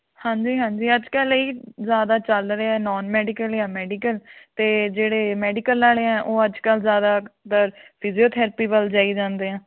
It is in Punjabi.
ਹਾਂਜੀ ਹਾਂਜੀ ਅੱਜ ਕੱਲ੍ਹ ਇਹ ਜ਼ਿਆਦਾ ਚੱਲ ਰਿਹਾ ਨੋਨ ਮੈਡੀਕਲ ਜਾਂ ਮੈਡੀਕਲ ਅਤੇ ਜਿਹੜੇ ਮੈਡੀਕਲ ਵਾਲੇ ਆ ਉਹ ਅੱਜ ਕੱਲ੍ਹ ਜ਼ਿਆਦਾਤਰ ਫਿਜੀਓਥੈਰਪੀ ਵੱਲ ਜਾਈ ਜਾਂਦੇ ਆ